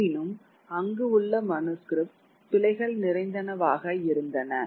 இருப்பினும் அங்கு உள்ள மனுஸ்கிரிப்ட் பிழைகள் நிறைந்தனவாக இருந்தன